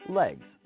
legs